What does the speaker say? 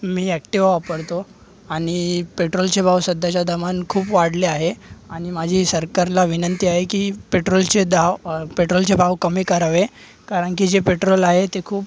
मी Activa वापरतो आणि पेट्रोलचे भाव सध्याच्या दमानं खूप वाढले आहे आणि माझी सरकारला विनंती आहे की पेट्रोलचे दाव पेट्रोलचे भाव कमी करावे कारण की जे पेट्रोल आहे ते खूप